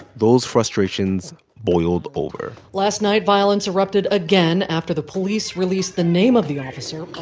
those frustrations boiled over last night, violence erupted again after the police released the name of the officer.